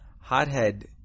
Hothead